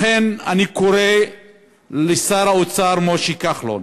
לכן, אני קורא לשר האוצר משה כחלון,